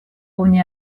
oni